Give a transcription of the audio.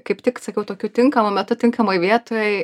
kaip tik sakiau tokiu tinkamu metu tinkamoj vietoj